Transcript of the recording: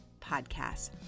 podcast